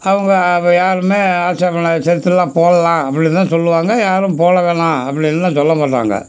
அவங்க யாருமே ஆட்சேபனை சேரி திருவிழா போடலாம் அப்படின் தான் சொல்லுவாங்க யாரும் போட வேணாம் அப்படின்னுலாம் சொல்லமாட்டாங்க